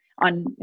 on